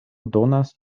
donas